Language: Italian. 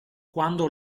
quando